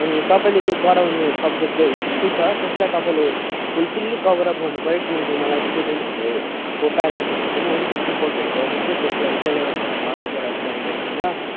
अनि तपाईँले त्यो गराउँने सब्जेक्ट जो हिस्ट्री छ त्यसलाई तपाईँले फुल फिल्ली कभरअप गर्नुपऱ्यो किनकि मलाई स्टुडेन्टहरूले को पेरेन्ट्सहरूले पनि अलिकति रिपोर्टहरू गर्दै थियो त्यसलाई सिलेबसहरूलाई कभरअप गरेको थिएन